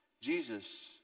Jesus